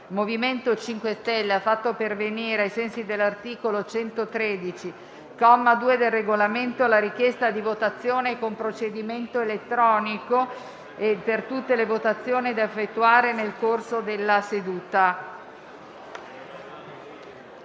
MoVimento 5 Stelle ha fatto pervenire, ai sensi dell'articolo 113, comma 2, del Regolamento, la richiesta di votazione con procedimento elettronico per tutte le votazioni da effettuare nel corso della seduta.